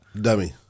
Dummy